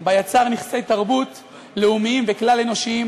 בה יצר נכסי תרבות לאומיים וכלל-אנושיים